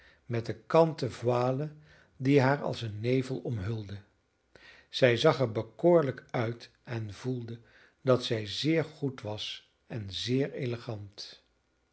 met de kanten voile die haar als een nevel omhulde zij zag er bekoorlijk uit en voelde dat zij zeer goed was en zeer elegant